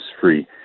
Free